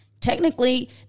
Technically